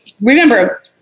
remember